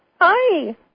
Hi